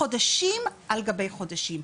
חודשים על גבי חודשים.